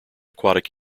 aquatic